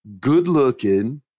good-looking